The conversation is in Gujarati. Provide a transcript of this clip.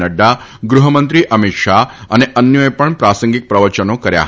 નફા ગૃહમંત્રી અમિત શાહ અને અન્યોએ પણ પ્રાસંગિક પ્રવચનો કર્યા હતા